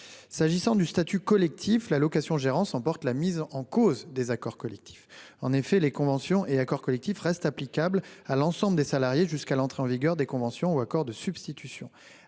S'agissant du statut collectif, la location-gérance emporte la mise en cause des accords collectifs. En effet, les conventions et accords collectifs restent applicables à l'ensemble des salariés jusqu'à l'entrée en vigueur de conventions ou accords de substitution.